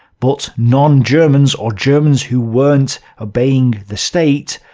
but non-germans, or germans who weren't obeying the state,